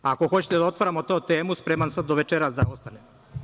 Ako hoćete da otvorimo tu temu, spreman sam do večeras da ostanem.